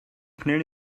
clearly